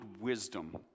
wisdom